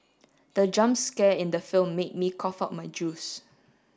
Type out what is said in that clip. the jump scare in the film made me cough out my juice